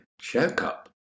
checkup